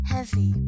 Heavy